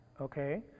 okay